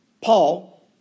Paul